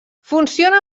funciona